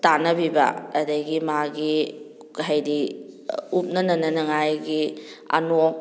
ꯇꯥꯟꯅꯕꯤꯕ ꯑꯗꯒꯤ ꯃꯥꯒꯤ ꯍꯥꯏꯗꯤ ꯎꯞꯅ ꯅꯅꯤꯡꯉꯥꯏꯒꯤ ꯑꯅꯣꯞ